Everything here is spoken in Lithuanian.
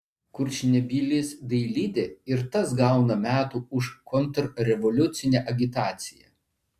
kurčnebylis dailidė ir tas gauna metų už kontrrevoliucine agitaciją